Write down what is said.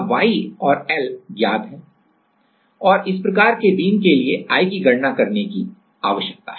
अब Y और L ज्ञात है हैं और इस प्रकार के बीम के लिए I की गणना करने की आवश्यकता है